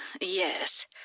Yes